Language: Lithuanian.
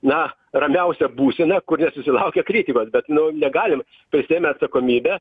na rambiausia būsena kuri susilaukia kritikos bet nu negalim prisiėmę atsakomybę